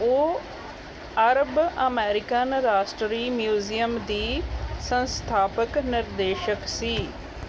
ਉਹ Arab American ਰਾਸ਼ਟਰੀ museum ਦੀ ਸੰਸਥਾਪਕ ਨਿਰਦੇਸ਼ਕ ਸੀ